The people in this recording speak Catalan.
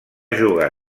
jugar